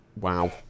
Wow